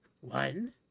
one